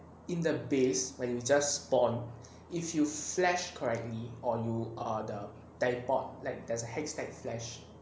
in the base when you just born if you flash correctly or you are the typed like there's a hashtag flash